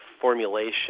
formulation